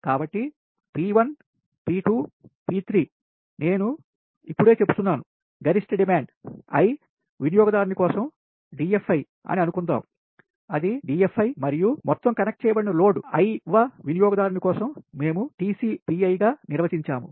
కాబట్టి P1 P 2 P3 నేను ఇప్పుడే చెబుతున్నాను గరిష్ట డిమాండ్ i వినియోగదారుని కోసం DFi అని అనుకుందాం అది DFi మరియు మొత్తం కనెక్ట్ చేయబడిన లోడ్ i వ వినియోగదారుని కోసం మేము TCPi గా నిర్వచించాము